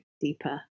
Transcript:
deeper